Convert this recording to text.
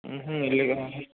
లేదు